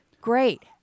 Great